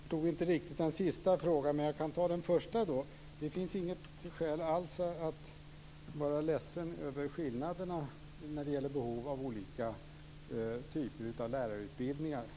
Fru talman! Jag förstod inte riktigt den sista frågan, men jag kan svara på den första. Det finns inget skäl alls att vara ledsen över skillnaderna när det gäller behov av olika typer av lärarutbildningar.